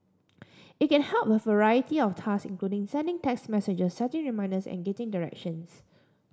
it can help with a variety of task including sending text messages setting reminders and getting directions